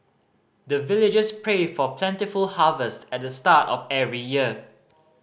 the villagers pray for plentiful harvest at the start of every year